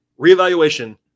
reevaluation